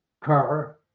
car